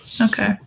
Okay